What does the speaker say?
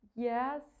Yes